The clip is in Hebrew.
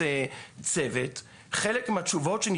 עוד נתון מאוד חשוב שעלה פה בדיונים,